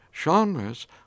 genres